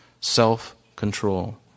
self-control